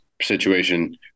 situation